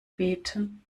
beten